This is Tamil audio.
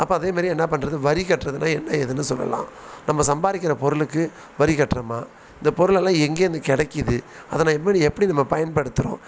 அப்போ அதேமாதிரி என்ன பண்ணுறது வரி கட்டுறதுன்னா என்ன எதுன்னு சொல்லலாம் நம்ம சம்பாதிக்கிற பொருளுக்கு வரி கட்டுறமா இந்த பொருள் எல்லாம் எங்கேருந்து கிடைக்குது அதை இனிமேல் எப்படி நம்ம பயன்படுத்துகிறோம்